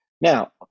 now